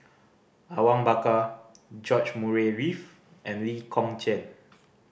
Awang Bakar George Murray Reith and Lee Kong Chian